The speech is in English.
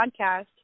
podcast